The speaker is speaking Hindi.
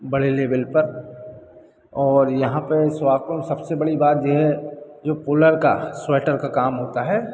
बड़े लेविल पर और यहाँ पे सोहागपुर में सबसे बड़ी बात ये है जो पोलर का स्वेटर का काम होता है